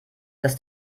dass